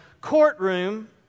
courtroom